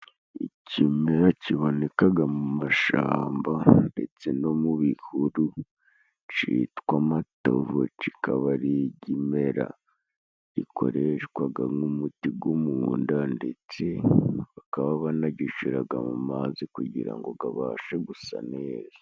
Ikimera kibonekaga mu mashamba ndetse no mu bihuru citwa amatovu, cikaba ari ikimera gikoreshwaga nk'umuti go munda, ndetse bakaba banagishiraga mu mazi kugira ngo gabashe gusana neza.